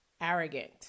arrogant